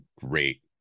great